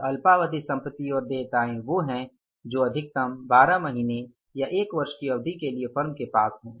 और अल्पावधि संपत्ति और देयताएं वो है जो अधिकतम 12 महीने या एक वर्ष की अवधि के लिए फर्म के पास हैं